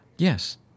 Yes